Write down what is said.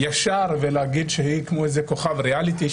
ישר להגיד שהיא כמו כוכב ריאליטי,